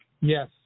Yes